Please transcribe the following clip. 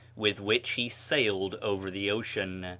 with which he sailed over the ocean.